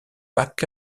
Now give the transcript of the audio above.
back